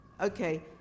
Okay